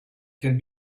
can